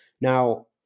Now